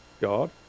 God